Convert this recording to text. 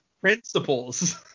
principles